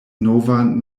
novan